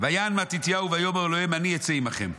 "ויען מתתיהו ויאמר אליהם: אני אצא עימכם"